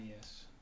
yes